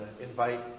invite